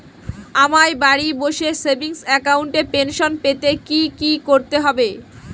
আমায় বাড়ি বসে সেভিংস অ্যাকাউন্টে পেনশন পেতে কি কি করতে হবে?